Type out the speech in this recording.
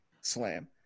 slam